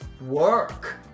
work